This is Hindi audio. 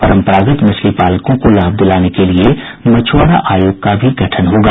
परम्परागत मछली पालकों को लाभ दिलाने के लिए मछुआरा आयोग का भी गठन होगा